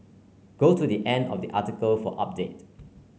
go to the end of the article for update